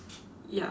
ya